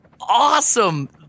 awesome